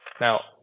Now